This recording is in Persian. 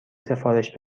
سفارش